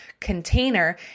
container